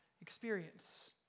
experience